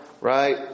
right